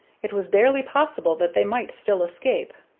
it was barely possible that they might still escape.